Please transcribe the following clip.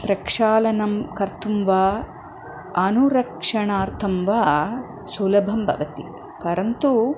प्रक्षालनं कर्तुं वा अनुरक्षणार्थं वा सुलभं भवति परन्तु